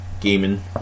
gaming